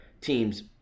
teams